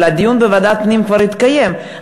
אבל הדיון בוועדת הפנים כבר התקיים,